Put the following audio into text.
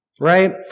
Right